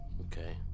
Okay